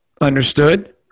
Understood